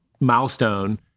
milestone